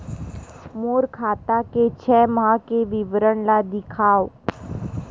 मोर खाता के छः माह के विवरण ल दिखाव?